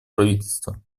правительства